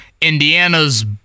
Indiana's